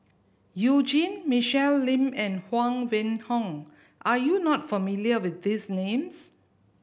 You Jin Michelle Lim and Huang Wenhong are you not familiar with these names